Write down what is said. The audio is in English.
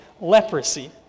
leprosy